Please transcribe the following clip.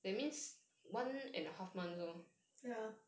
ya